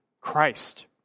Christ